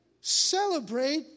celebrate